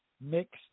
mixed